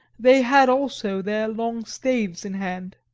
they had also their long staves in hand.